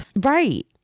right